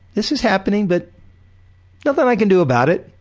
this is happening, but nothing i can do about it'.